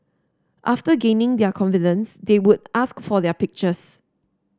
after gaining their confidence they would ask for their pictures